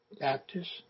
Baptist